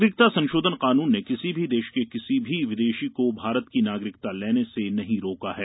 नागरिक संशोधन कानून ने किसी भी देश के किसी भी विदेशी को भारत की नागरिकता लेने से नहीं रोका है